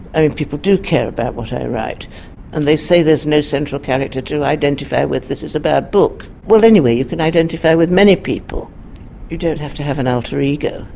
i think people do care about what i write and they say there's no central character to identify with, this is a bad book. well anyway you can identify with many people you don't have to have an alter ego.